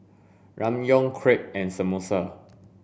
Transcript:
Ramyeon Crepe and Samosa